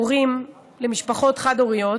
הורים במשפחות חד-הוריות,